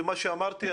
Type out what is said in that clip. כפי שאמרתי,